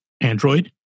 Android